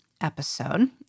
episode